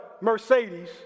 Mercedes